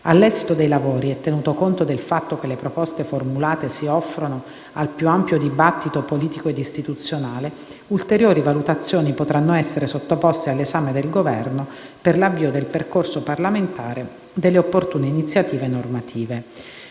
All'esito dei lavori e tenuto conto del fatto che le proposte formulate si offrono al più ampio dibattito politico e istituzionale, ulteriori valutazioni potranno essere sottoposte all'esame del Governo per l'avvio del percorso parlamentare delle opportune iniziative normative.